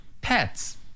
pets